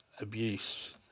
abuse